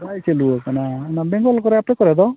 ᱵᱟᱭ ᱪᱟᱹᱞᱩ ᱠᱟᱠᱟ ᱚᱱᱟ ᱵᱮᱝᱜᱚᱞ ᱠᱚᱨᱮᱜ ᱟᱯᱮ ᱠᱚᱨᱮ ᱫᱚ